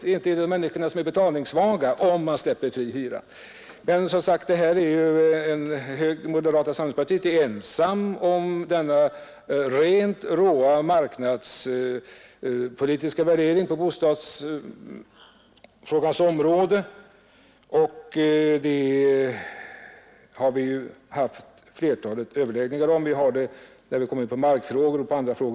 Ja, inte är det de betalningssvaga människorna som får valfrihet, om vi släpper hyran fri. Moderata samlingspartiet är ensamt om denna råa marknadspolitiska värdering på bostadsområdet. Vi har haft flera överläggningar om dessa saker, även när det har gällt mark frågor och andra ting.